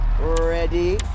Ready